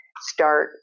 start